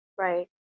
Right